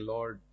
Lord